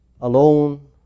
alone